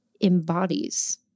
embodies